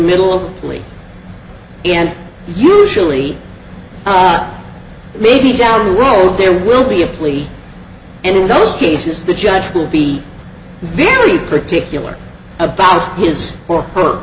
middle and usually maybe down the road there will be a plea and in those cases the judge will be very particular about his or her